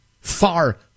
Far